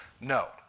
No